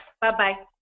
Bye-bye